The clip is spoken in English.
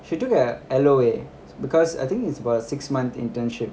she took a L_O_A because I think it's about a six month internship